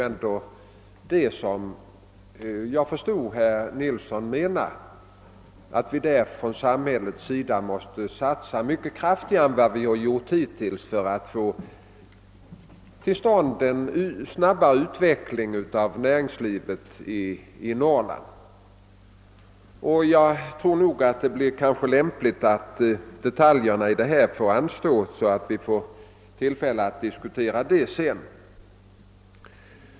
Enligt vad jag förstod menade nämligen herr Nilsson att samhället måste satsa kraftigare än hittills på att få till stånd en snabb utveckling av näringslivet i hela Norrland. Jag tror det är lämpligt att låta detaljerna i den debatten anstå tills vi får tillfälle att diskutera det ärendet.